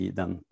den